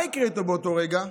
מה יקרה איתו באותו רגע?